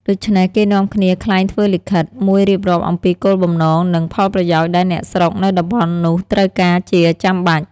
ដូច្នេះ គេនាំគ្នាក្លែងធ្វើលិខិត មួយរៀបរាប់អំពីគោលបំណង និង ផលប្រយោជន៏ដែលអ្នកស្រុកនៅតំបន់នោះត្រូវការជាចាំបាច់។